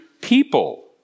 people